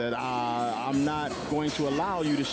that i'm not going to allow you to